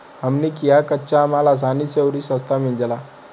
हमनी किहा कच्चा माल असानी से अउरी सस्ता मिल जाला